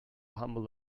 humble